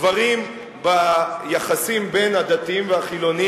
דברים ביחסים בין הדתיים והחילונים